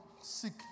sick